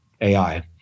AI